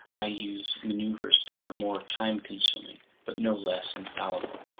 i use maneuvers that are more time-consuming but no less infallible.